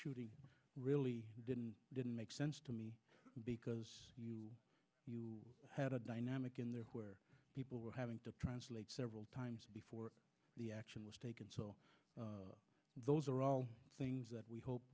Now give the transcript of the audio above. shooting really didn't didn't make sense to me because you had a dynamic in there where people were having to translate several times before the action was taken so those are all things that we hope